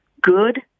good